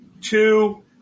Two